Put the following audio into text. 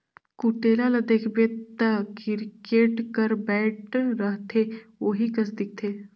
कुटेला ल देखबे ता किरकेट कर बैट रहथे ओही कस दिखथे